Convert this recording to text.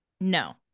No